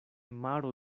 maro